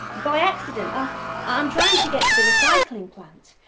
by accident. ah i'm trying to get to the recycling plant.